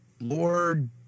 Lord